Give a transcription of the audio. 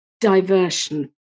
diversion